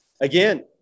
Again